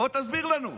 בוא תסביר לנו.